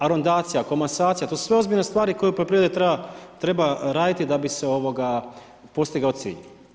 Arondacija, komasacija, to su sve ozbiljne stvari koje u poljoprivredi treba raditi da bi se postigao cilj.